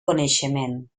coneixement